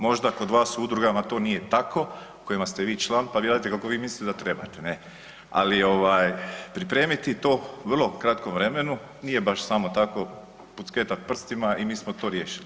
Možda kod vas u udrugama to nije tako u kojima ste vi član pa vi radite kako vi mislite da trebate, ali pripremiti to u vrlo kratkom vremenu, nije baš samo tako pucketat prstima i mi smo to riješili.